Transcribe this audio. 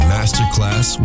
Masterclass